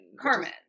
Carmen